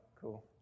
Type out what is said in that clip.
Cool